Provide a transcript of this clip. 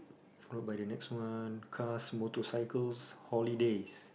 followed by the next one cars motorcycles holidays